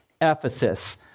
Ephesus